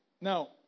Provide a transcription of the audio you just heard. Now